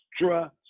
extra